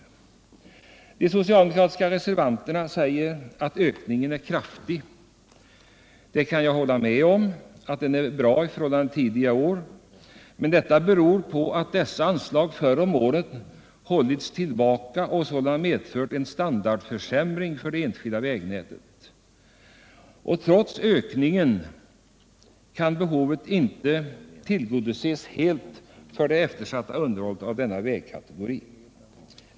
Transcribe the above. De socialdemokratiska reservanterna säger att ökningen är kraftig. Jag kan hålla med om att ökningen är stor i förhållande till tidigare år, men detta beror på att dessa anslag förr om åren hållits tillbaka och sålunda medfört en standardförsämring för det enskilda vägnätet. Och trots ökningen kan behovet inte tillgodoses helt för det eftersatta underhållet av denna vägkategori.